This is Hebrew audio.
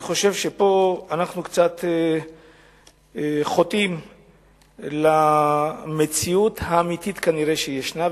אני חושב שפה אנחנו קצת חוטאים למציאות האמיתית שכנראה ישנה,